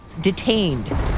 detained